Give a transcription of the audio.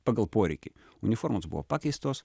pagal poreikį uniformos buvo pakeistos